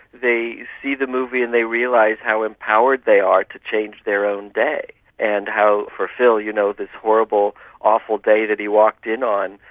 they see the movie and they realise how empowered they are to change their own day and how for phil, you know, this horrible, awful day that he walked in on,